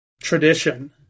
tradition